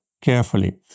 carefully